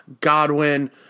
Godwin